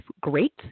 great